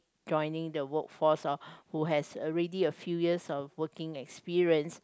joining the workforce or who has already a few yeahrs of working experience